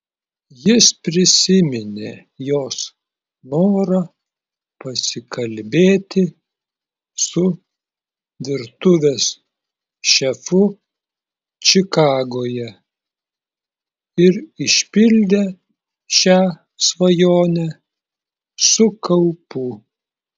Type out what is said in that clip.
jis prisiminė jos norą pasikalbėti su virtuvės šefu čikagoje ir išpildė šią svajonę su kaupu